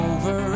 Over